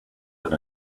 have